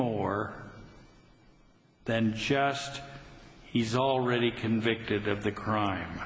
more than just he's already convicted of the crime